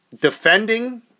defending